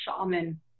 shaman